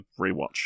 rewatch